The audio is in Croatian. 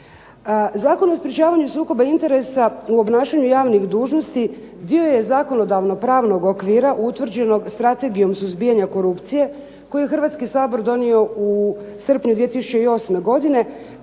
Zakon o sprečavanju sukoba interesa u obnašanju javnih dužnosti dio je zakonodavnog pravnog okvira utvrđenog Strategijom suzbijanja korupcije koju je Hrvatski sabor donio u srpnju 2008. godine